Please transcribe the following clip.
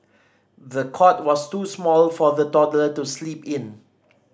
the cot was too small for the toddler to sleep in